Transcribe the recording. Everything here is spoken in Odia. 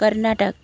କର୍ଣ୍ଣାଟକ